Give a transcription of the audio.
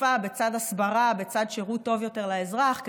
אכיפה בצד הסברה בצד שירות טוב יותר לאזרח,